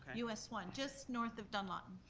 u s. one, just north of dunlawton.